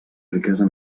riquesa